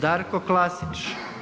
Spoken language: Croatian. Darko Klasić.